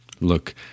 Look